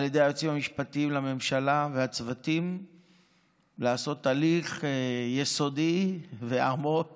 על ידי היועצים המשפטיים לממשלה והצוותים לעשות הליך יסודי ועמוק